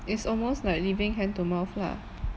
it's almost like living hand to mouth lah